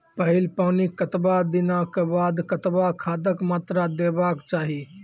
पहिल पानिक कतबा दिनऽक बाद कतबा खादक मात्रा देबाक चाही?